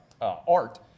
art